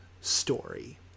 story